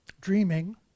dreaming